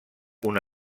una